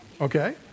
Okay